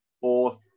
fourth